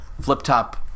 flip-top